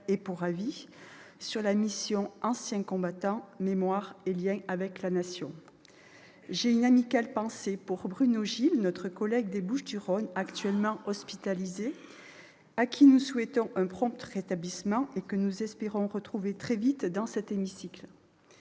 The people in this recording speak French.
pour avis sur la mission « Anciens combattants, mémoire et liens avec la Nation ». J'ai une amicale pensée pour Bruno Gilles, mon collègue des Bouches-du-Rhône actuellement hospitalisé, à qui nous souhaitons un prompt rétablissement et que nous espérons retrouver très vite dans cet hémicycle.